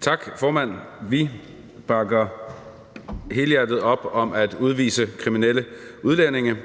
Tak, formand. Vi bakker helhjertet op om at udvise kriminelle udlændinge.